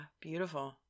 beautiful